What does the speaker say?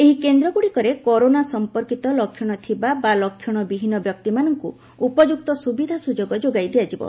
ଏହି କେନ୍ଦ୍ରଗୁଡ଼ିକରେ କରୋନା ସଫପର୍କିତ ଲକ୍ଷଣ ଥିବା ବା ଲକ୍ଷଣ ବିହୀନ ବ୍ୟକ୍ତିମାନଙ୍କୁ ଉପଯୁକ୍ତ ସୁବିଧା ସୁଯୋଗ ଯୋଗାଇ ଦିଆଯିବ